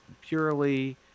purely